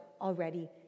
already